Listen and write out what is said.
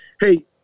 hey